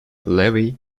levy